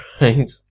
Right